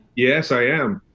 yes, i am.